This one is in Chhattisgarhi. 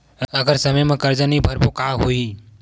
अगर समय मा कर्जा नहीं भरबों का होई?